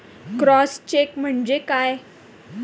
Cross check म्हणजे काय?